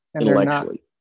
intellectually